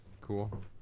cool